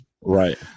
right